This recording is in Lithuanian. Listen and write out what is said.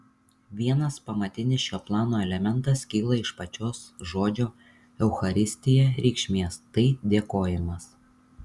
vienas pamatinis šio plano elementas kyla iš pačios žodžio eucharistija reikšmės tai dėkojimas